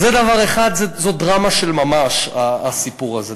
זה דבר אחד, וזאת דרמה של ממש, הסיפור הזה.